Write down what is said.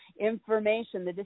information